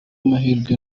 amahirwe